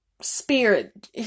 Spirit